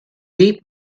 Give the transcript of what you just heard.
deep